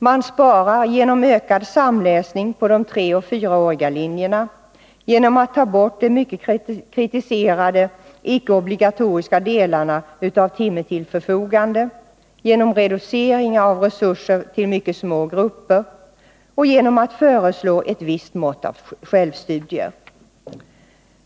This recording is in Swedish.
Man sparar genom ökad samläsning på de treoch fyraåriga linjerna, genom att ta bort de mycket kritiserade icke-obligatoriska delarna av timme till förfogande, genom reduceringar av resurser till mycket små grupper och genom att föreslå ett visst mått av självstudier.